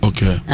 Okay